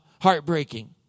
heartbreaking